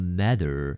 matter